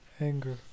anger